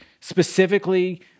specifically